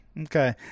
Okay